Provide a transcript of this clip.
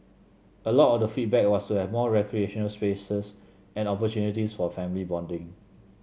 a lot of the feedback was to have more recreational spaces and opportunities for family bonding